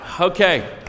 Okay